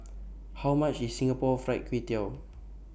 How much IS Singapore Fried Kway Tiao